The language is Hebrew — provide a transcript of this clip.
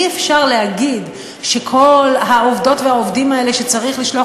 אי-אפשר להגיד שכל העובדות והעובדים האלה שצריך לשלוח